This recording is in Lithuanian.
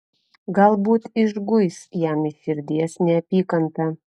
galbūt išguis jam iš širdies neapykantą